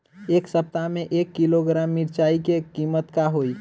एह सप्ताह मे एक किलोग्राम मिरचाई के किमत का होई?